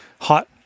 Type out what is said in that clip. hot